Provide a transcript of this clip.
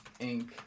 Inc